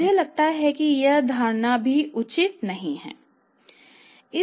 मुझे लगता है कि यह धारणा भी उचित नहीं है